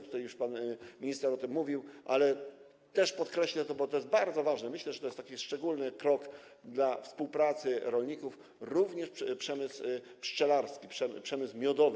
Tutaj już pan minister o tym mówił, ale podkreślę to, bo to jest bardzo ważne - myślę, że to jest taki szczególny krok do współpracy rolników - również chodzi o przemysł pszczelarski, przemysł miodowy.